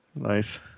nice